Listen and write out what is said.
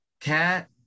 Cat